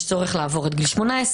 יש צורך לעבור את גיל 18,